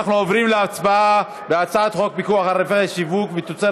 אנחנו עוברים להצבעה על הצעת חוק פיקוח על רווחי שיווק בתוצרת